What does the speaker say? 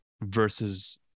versus